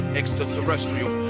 extraterrestrial